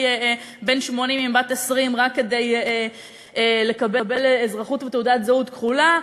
בן 80 עם בת 20 רק כדי לקבל אזרחות ותעודת זהות כחולה.